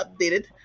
updated